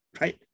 right